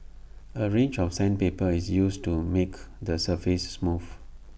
A range of sandpaper is used to make the surface smooth